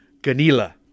Ganila